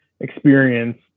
experience